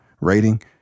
rating